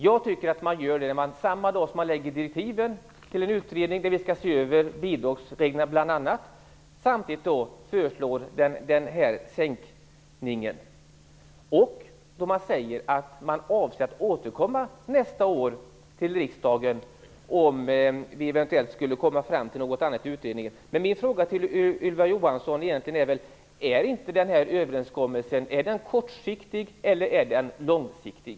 Jag tycker att man gör det när man samma dag som man ger direktiven till en utredning som bl.a. skall se över bidragsreglerna föreslår den här sänkningen. Man säger också att man avser att återkomma nästa år till riksdagen om utredningen eventuellt skulle komma fram till något annat. Min fråga till Ylva Johansson är: Är den här överenskommelsen kortsiktig, eller är den långsiktig?